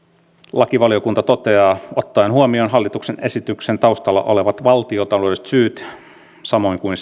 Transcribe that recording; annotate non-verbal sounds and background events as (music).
lakivaliokunta toteaa ottaen huomioon hallituksen esityksen taustalla olevat valtiontaloudelliset syyt samoin kuin (unintelligible)